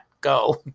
go